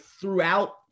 throughout